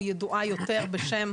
או ידועה יותר בעולם בשם: